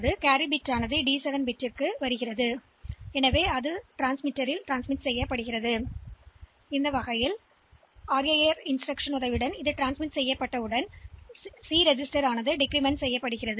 எனவே இந்த carry bit D7 க்கு வருகிறது பின்னர் இந்த RAR அறிவுறுத்தலுக்குப் பிறகு நாம் அனுப்ப விரும்பும் பிட் இந்த இடைக்கால மதிப்பைக் காப்பாற்றுவதை விடவும் பின்னர் நாம் குறைந்ததுC ஐக் குறைப்போம்